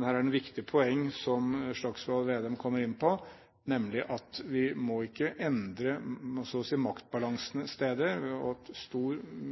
her er det et viktig poeng, som Slagsvold Vedum var inne på, nemlig at vi ikke må endre maktbalansen på steder ved at